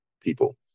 people